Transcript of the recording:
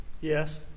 Yes